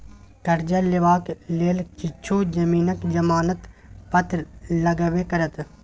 करजा लेबाक लेल किछु जमीनक जमानत पत्र लगबे करत